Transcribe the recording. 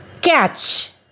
Catch